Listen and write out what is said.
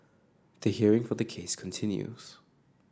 the hearing for the case continues